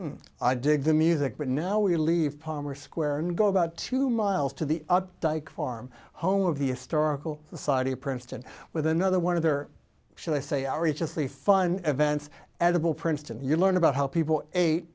to i dig the music but now we leave palmer square and go about two miles to the dyke farm home of the a star the saudi of princeton with another one of their shall i say outrageous the fun events edible princeton you learn about how people a